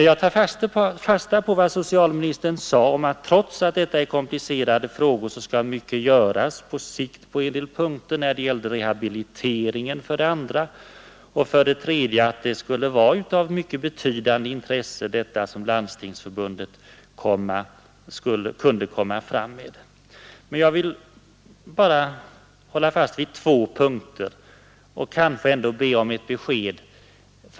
Jag tar fasta på vad socialministern sade om att trots att detta är komplicerade frågor skall mycket göras på sikt på en del punkter, bl.a. när det gäller rehabiliteringen. Vidare skulle det som Landstingsförbundet kunde komma fram med vara av betydande intresse. Men jag vill hålla fast vid två punkter och be om ett besked.